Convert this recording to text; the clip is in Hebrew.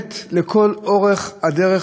והראשונית לכל אחד.